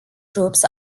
troops